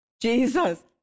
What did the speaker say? Jesus